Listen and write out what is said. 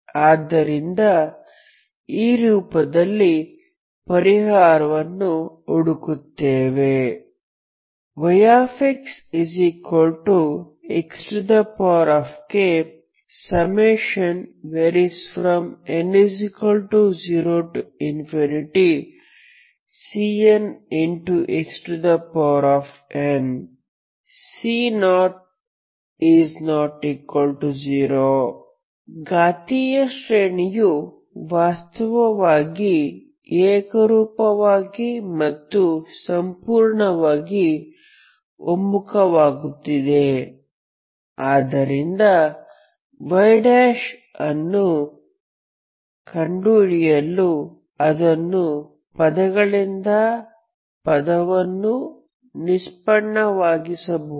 ಆದ್ದರಿಂದ ಈ ರೂಪದಲ್ಲಿ ಪರಿಹಾರವನ್ನು ಹುಡುಕುತ್ತೇವೆ yxxkn0Cnxn C0≠0 ಘಾತೀಯ ಶ್ರೇಣಿಯು ವಾಸ್ತವವಾಗಿ ಏಕರೂಪವಾಗಿ ಮತ್ತು ಸಂಪೂರ್ಣವಾಗಿ ಒಮ್ಮುಖವಾಗುತ್ತಿದೆ ಆದ್ದರಿಂದ y' ಅನ್ನು ಕಂಡುಹಿಡಿಯಲು ಅದನ್ನು ಪದದಿಂದ ಪದವನ್ನು ನಿಷ್ಪನ್ನವಾಗಿಸಬಹುದು